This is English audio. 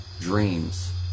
dreams